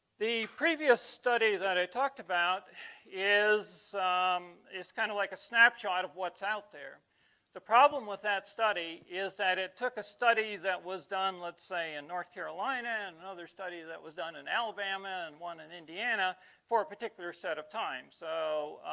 the previous study that i talked about is um it's kind of like a snapshot of what's out there the problem with that study is that it took a study. that was done let's say in north carolina and another study. that was done in alabama and one in indiana for a particular set of time so